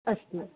अस्तु